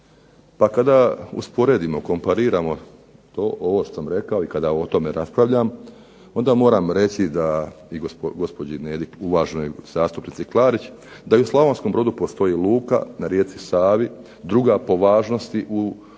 Pa kada usporedimo, kompariramo to, ovo što sam rekao i kada o tome raspravljam, onda moram reći da i gospođi Nedi, uvaženoj zastupnici Klarić, da i u Slavonskom Brodu postoji luka, na rijeci Savi, druga po važnosti u riječnom